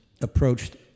approached